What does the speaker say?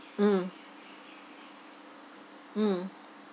mm mm